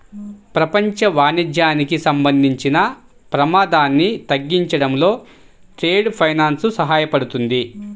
ప్రపంచ వాణిజ్యానికి సంబంధించిన ప్రమాదాన్ని తగ్గించడంలో ట్రేడ్ ఫైనాన్స్ సహాయపడుతుంది